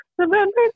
November